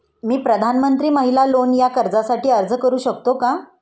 मी प्रधानमंत्री महिला लोन या कर्जासाठी अर्ज करू शकतो का?